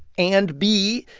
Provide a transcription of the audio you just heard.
and, b,